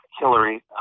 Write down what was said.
Hillary